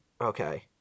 Okay